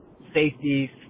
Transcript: safety